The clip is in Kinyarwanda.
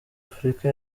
africa